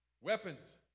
weapons